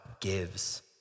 gives